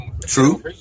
True